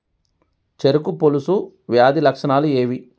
చెరుకు పొలుసు వ్యాధి లక్షణాలు ఏవి?